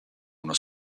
uno